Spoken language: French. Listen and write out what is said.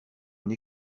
une